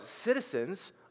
citizens